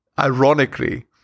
Ironically